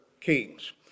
kings